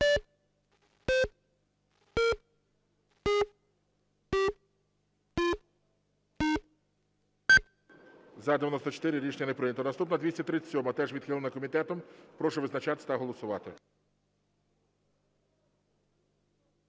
За-94 Рішення не прийнято. Наступна 237-а, теж відхилена комітетом. Прошу визначатись та голосувати.